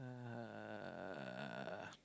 uh